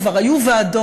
כבר היו ועדות.